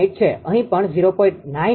98578 છે અહીં પણ 0